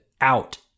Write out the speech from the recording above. out